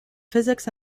physics